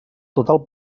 total